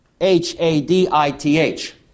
H-A-D-I-T-H